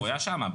הוא היה שם.